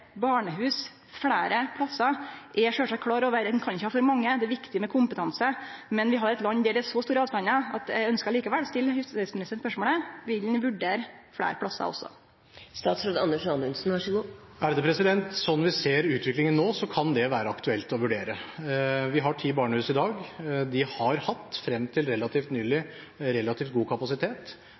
barnehus fleire plassar? Eg er sjølvsagt klar over at ein ikkje kan ha for mange – det er viktig med kompetanse – men vi har eit land der det er så store avstandar at eg likevel ønskjer å stille justisministeren spørsmålet: Vil han vurdere det fleire plassar? Sånn vi ser utviklingen nå, kan det være aktuelt å vurdere. Vi har ti barnehus i dag. De har hatt frem til nylig relativt god kapasitet.